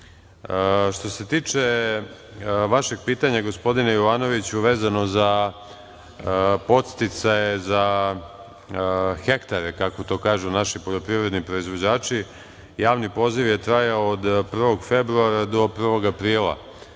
se tiče vašeg pitanja, gospodine Jovanoviću, vezano za podsticaje za hektare, kako to kažu naši poljoprivredni proizvođači, javni poziv je trajao od 1. februara do 1. aprila